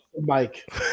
Mike